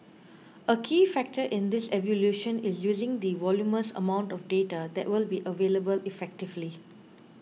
a key factor in this evolution is using the voluminous amount of data that will be available effectively